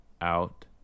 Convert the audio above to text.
out